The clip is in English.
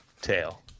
tail